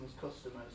customers